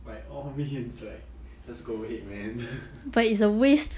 by all means like just go ahead man